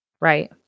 right